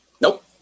Nope